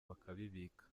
bakabibika